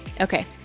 Okay